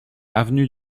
avenue